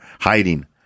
hiding